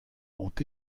ont